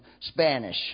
Spanish